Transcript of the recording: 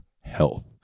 health